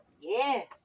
Yes